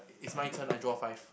it's my turn I draw five